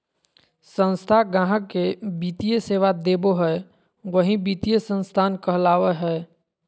संस्था गाहक़ के वित्तीय सेवा देबो हय वही वित्तीय संस्थान कहलावय हय